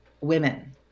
women